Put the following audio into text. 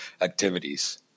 activities